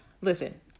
Listen